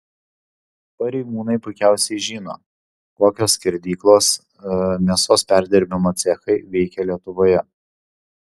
pareigūnai puikiausiai žino kokios skerdyklos mėsos perdirbimo cechai veikia lietuvoje